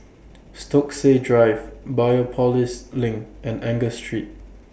Stokesay Drive Biopolis LINK and Angus Street